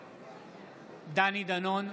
בעד דני דנון,